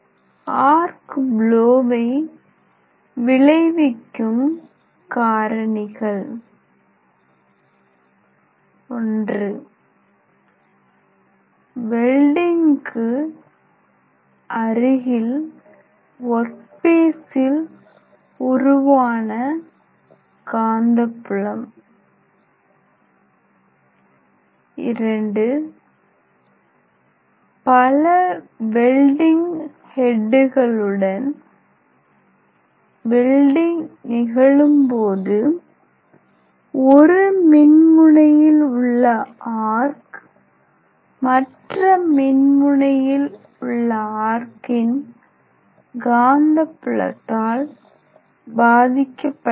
arc ப்லோவை விளைவிக்கும் காரணிகள் iவெல்டிங்குக்கு அருகில் ஒர்க் பீசில் உருவான காந்தப்புலம் ii பல வெல்டிங் ஹெட்டுகளுடன் வெல்டிங் நிகழும்போது ஒரு மின்முனையில் உள்ள ஆர்க் மற்ற மின்முனையில் உள்ள ஆர்க்கின் காந்தப்புலத்தால் பாதிக்கப்படலாம்